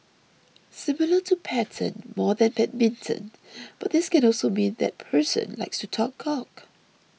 similar to pattern more than badminton but this can also mean that person likes to talk cock